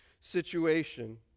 situation